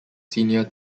senior